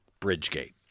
Bridgegate